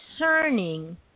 concerning